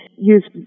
use